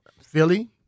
Philly